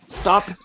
Stop